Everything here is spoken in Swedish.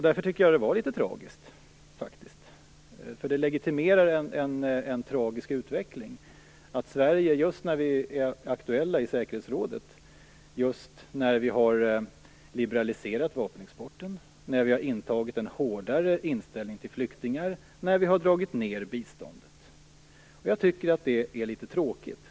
Därför tycker jag att det är litet tragiskt, för det legitimerar en tragisk utveckling, att Sverige är aktuellt i säkerhetsrådet just när vi har liberaliserat vapenexporten, när vi har intagit en hårdare inställning till flyktingar, när vi har dragit ned biståndet. Jag tycker att det är litet tråkigt.